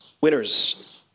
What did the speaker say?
Winners